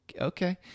okay